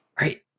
right